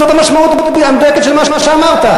זאת המשמעות המדויקת של מה שאמרת.